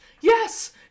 Yes